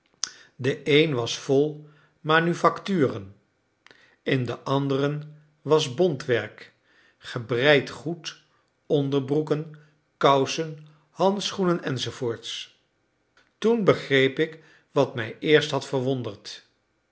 de een was vol manufacturen in den anderen was bontwerk gebreid goed onderbroeken kousen handschoenen enz toen begreep ik wat mij eerst had verwonderd